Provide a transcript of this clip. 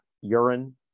urine